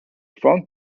front